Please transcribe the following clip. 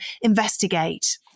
investigate